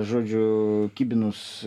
žodžiu kibinus